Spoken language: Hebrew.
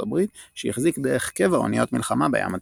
הברית שהחזיק דרך קבע אוניות מלחמה בים התיכון.